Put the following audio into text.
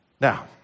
Now